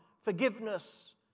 forgiveness